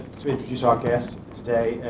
to introduce our guest today,